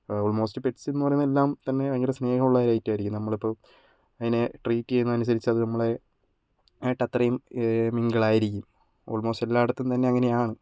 almost pets എന്നു പറയുന്നതെല്ലാം തന്നെ ഭയങ്കര സ്നേഹമുള്ള ഒരു ഐറ്റം ആയിരിക്കും നമ്മളിപ്പോൾ അതിനെ ട്രീറ്റ് ചെയ്യുന്നതിനനുസരിച്ച് അത് നമ്മളെ ആയിട്ട് അത്രയും മിങ്കിൾ ആയിരിക്കും ഓൾമോസ്റ്റ് എല്ലാ ഇടത്തും തന്നെ അങ്ങനെ ആണ്